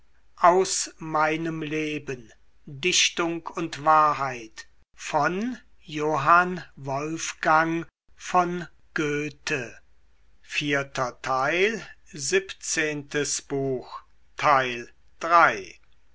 dichtung und wahrheit